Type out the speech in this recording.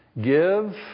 Give